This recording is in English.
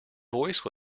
voice